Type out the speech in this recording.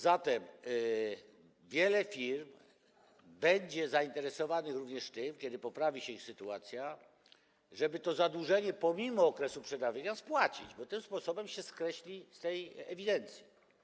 Zatem wiele firm będzie zainteresowanych tym, kiedy poprawi się ich sytuacja, żeby to zadłużenie pomimo okresu przedawnienia spłacić, bo tym sposobem skreślą się z tej ewidencji.